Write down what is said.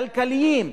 כלכליים.